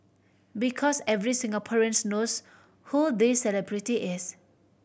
because every Singaporeans knows who this celebrity is